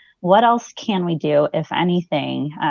what else can we do, if anything,